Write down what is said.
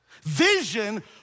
Vision